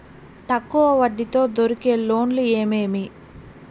తక్కువ వడ్డీ తో దొరికే లోన్లు ఏమేమీ?